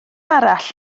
arall